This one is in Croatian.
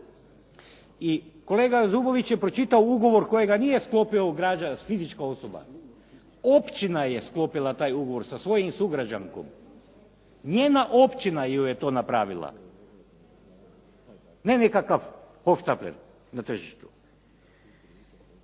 I kolega Zubović je pročitao ugovor kojega nije sklopila fizička osoba, općina je sklopila taj ugovora sa svojim sugrađankom. Njena općina joj je to napravila, ne nekakav hohštapler na tržištu.